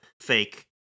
fake